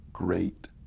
great